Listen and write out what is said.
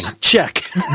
Check